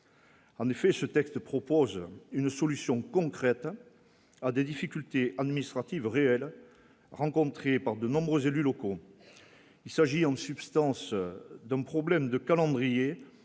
En effet, ce texte propose une solution concrète à des difficultés administratives réelles rencontrées par de nombreux élus locaux, il s'agit, en substance, donc problème de calendrier